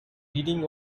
reading